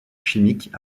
chimiques